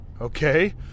Okay